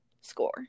score